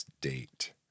date